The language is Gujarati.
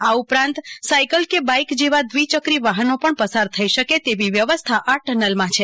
આ ઉપરાંત સાઈકલ કે બાઈક જેવાં દ્વિચક્રી વાહનો પણ પસાર થઈ શકે તેવી વ્યવસ્થા આ ટનલ માં છે